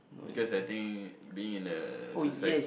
cause I think being in a societ~